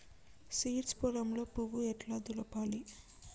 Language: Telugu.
సీడ్స్ పొలంలో పువ్వు ఎట్లా దులపాలి?